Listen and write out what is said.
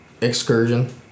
excursion